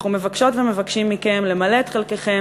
אנחנו מבקשות ומבקשים מכם למלא את חלקכם